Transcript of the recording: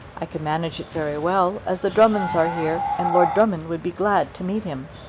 i could manage it very well, as the drummonds are here, and lord drummond would be glad to meet him.